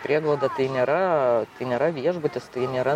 prieglauda tai nėra tai nėra viešbutis tai nėra